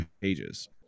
pages